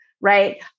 right